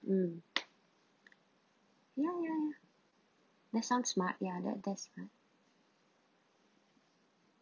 mm ya ya ya that's sound smart ya that that's smart